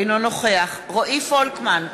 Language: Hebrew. אינו נוכח רועי פולקמן,